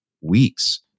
weeks